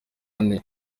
ane